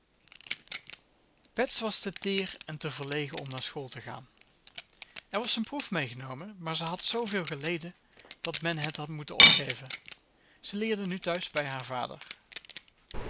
bets was te teer en te verlegen om naar school te gaan er was een proef mee genomen maar ze had zooveel geleden dat men het had moeten opgeven ze leerde nu thuis bij haar vader